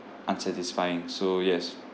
unsatisfying so yes